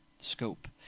scope